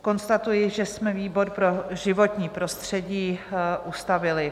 Konstatuji, že jsme výbor pro životní prostředí ustavili.